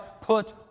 put